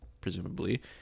presumably